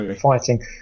fighting